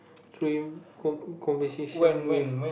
free con~ conversation with